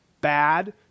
bad